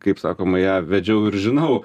kaip sakoma ją vedžiau ir žinau